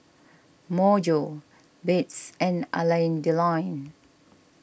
Myojo Beats and Alain Delon